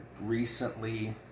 recently